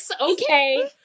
okay